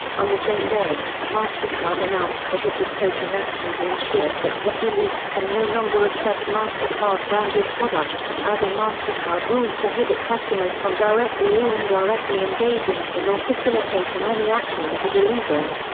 on the same day, mastercard announced that it was taking action to ensure that wikileaks can no longer accept mastercard-branded products, adding mastercard rules prohibit customers from directly or indirectly engaging in or facilitating any action that is illegal.